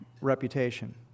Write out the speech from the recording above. reputation